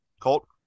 Colt